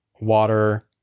water